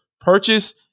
purchase